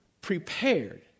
prepared